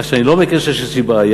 כך שאני לא מכיר שיש איזו בעיה.